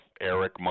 Eric